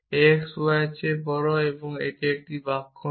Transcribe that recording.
x y এর থেকে বড় এখন এটি একটি বাক্য নয়